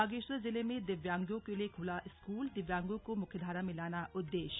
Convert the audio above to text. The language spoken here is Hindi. बागेश्वर जिले में दिव्यांगों के लिए खुला स्कूल दिव्यांगों को मुख्यधारा में लाना उद्देश्य